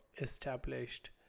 established